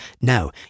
No